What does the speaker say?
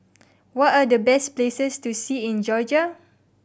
what are the best places to see in Georgia